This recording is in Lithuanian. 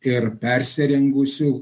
ir persirengusių